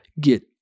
get